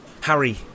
Harry